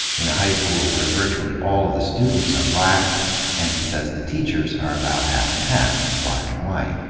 in a high school where virtually all of the students are black and, he says, the teachers are about half and half, black and white.